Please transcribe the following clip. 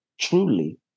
truly